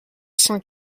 cent